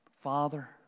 Father